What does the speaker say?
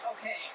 Okay